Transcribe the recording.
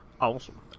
Awesome